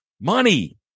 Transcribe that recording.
money